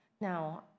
Now